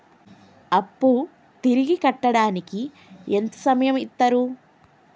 అప్పు తిరిగి కట్టడానికి ఎంత సమయం ఇత్తరు?